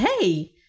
hey